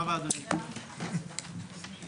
הישיבה ננעלה בשעה 14:08.